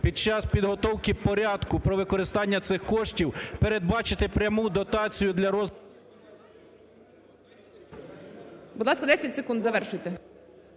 під час підготовки порядку про використання цих коштів передбачити пряму дотацію для розвитку... ГОЛОВУЮЧИЙ. Будь ласка, 10 секунд. Завершуйте.